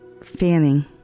fanning